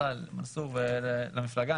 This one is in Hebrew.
למנסור ולמפלגה,